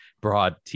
broad